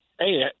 Hey